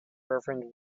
reverend